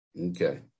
Okay